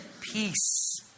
peace